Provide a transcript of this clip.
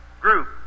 group